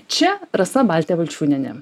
čia rasa baltė valčiūnienė